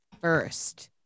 first